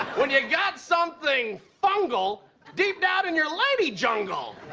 when you got something fungal deep down in your lady jungle.